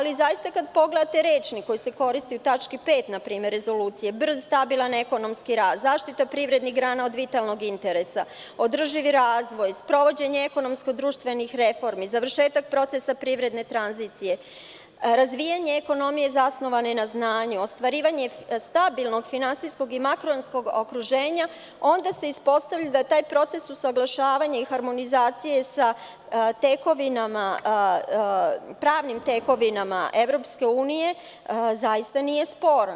Kada pogledate rečnik koji se koristi u tački 5. rezolucije – brz, stabilan ekonomski rast, zaštita privrednih grana od vitalnog interesa, održivi razvoj, sprovođenje ekonomsko-društvenih reformi, završetak procesa privredne tranzicije, razvijanje ekonomije zasnovane na znanju, ostvarivanje stabilnog finansijskog i makro ekonomskog okruženja, onda se ispostavlja da taj proces usaglašavanja, harmonizacije sa tekovinama, pravnim tekovinama EU zaista nije sporan.